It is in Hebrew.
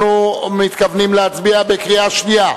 אנחנו מתכוונים להצביע בקריאה השנייה.